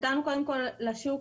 נתנו קודם כל לשוק